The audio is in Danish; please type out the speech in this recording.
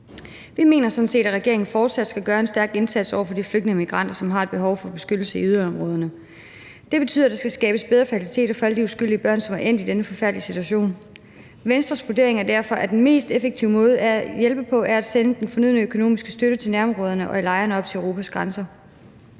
Vi mener sådan set, at regeringen fortsat skal gøre en stærk indsats over for de flygninge og migranter, som har et behov for beskyttelse i yderområderne. Det betyder, at der skal skabes bedre faciliteter for alle de uskyldige børn, som er endt i denne forfærdelige situation. Venstres vurdering er derfor, at den mest effektive måde at hjælpe på er at sende den fornødne økonomiske støtte til nærområderne og lejrene op til Europas grænser.